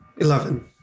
eleven